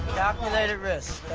calculated risk,